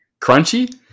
Crunchy